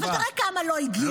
אבל תראה כמה לא הגיעו.